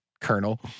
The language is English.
colonel